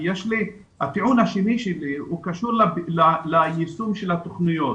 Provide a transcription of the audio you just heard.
הטיעון השני שלי קשור ליישום התוכניות.